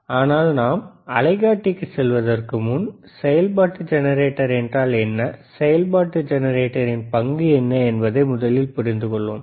ஆனால் நாம் அலைக்காட்டிக்குச் செல்வதற்கு முன் செயல்பாட்டு ஜெனரேட்டர் என்றால் என்ன செயல்பாட்டு ஜெனரேட்டரின் பங்கு என்ன என்பதை முதலில் புரிந்துகொள்வோம்